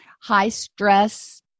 high-stress